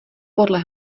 podle